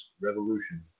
revolution